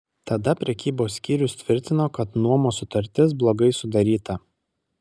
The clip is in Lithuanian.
tada prekybos skyrius tvirtino kad nuomos sutartis blogai sudaryta